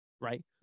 Right